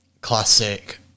classic